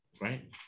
right